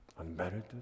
Unmerited